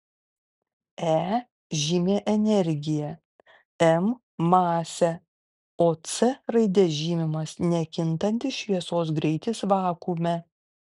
e žymi energiją m masę o c raide žymimas nekintantis šviesos greitis vakuume